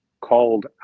called